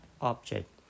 object